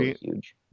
huge